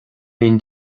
aon